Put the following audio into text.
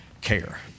care